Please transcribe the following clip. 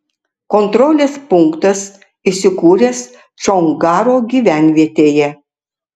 kontrolės punktas įsikūręs čongaro gyvenvietėje